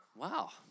Wow